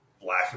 black